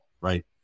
right